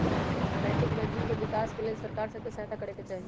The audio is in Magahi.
नैतिक बैंकिंग के विकास के लेल सरकार सभ के सहायत करे चाही